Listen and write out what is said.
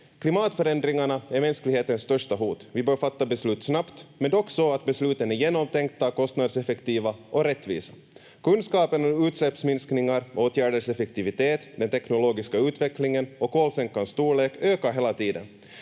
Klimatförändringarna är mänsklighetens största hot. Vi bör fatta beslut snabbt, men dock så att besluten är genomtänkta, kostnadseffektiva och rättvisa. Kunskapen om utsläppsminskningar, åtgärders effektivitet, den teknologiska utvecklingen och kolsänkans storlek ökar hela tiden.